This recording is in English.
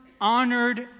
honored